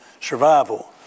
survival